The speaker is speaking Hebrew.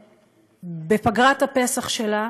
בפגרת הפסח שלה,